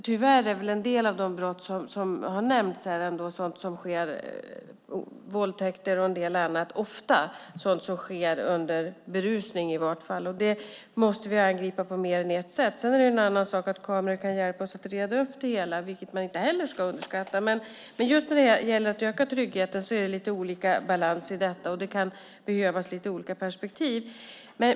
Tyvärr är en del av de brott som har nämnts här - våldtäkter och en del annat - sådant som ofta sker under berusning. Det måste vi angripa på mer än ett sätt. Sedan är det en annan sak att kamerorna kan hjälpa oss att reda upp det hela, vilket man inte heller ska underskatta. Men just när det gäller att öka tryggheten är det lite olika balans, och det kan behövas lite olika perspektiv.